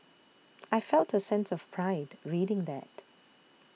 I felt a sense of pride reading that